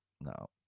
no